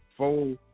Four